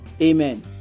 Amen